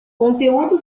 conteúdo